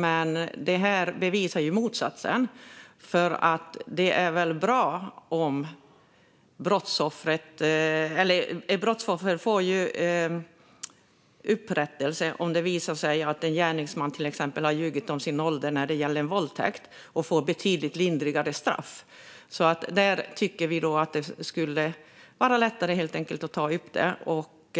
Men det här bevisar ju motsatsen, för ett brottsoffer får ju upprättelse om det till exempel visar sig att gärningsmannen har ljugit om sin ålder när det gäller våldtäkt och därmed fått ett betydligt lindrigare straff. Vi tycker helt enkelt att det ska vara lättare att ta upp detta och